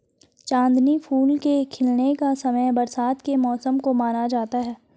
चांदनी फूल के खिलने का समय बरसात के मौसम को माना जाता है